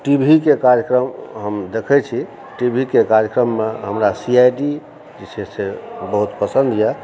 टीवीके कार्यक्रम हम देखै छी टीवीके कार्यक्रममे हमरा सी आइ डी जे छै से बहुत पसन्द यऽ